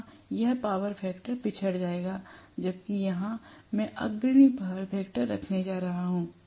यहाँ यह power factor पिछड़ जाएगा जबकि यहाँ मैं अग्रणी पावर फैक्टर रखने जा रहा हूँ